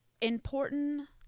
important